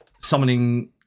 summoning